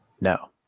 no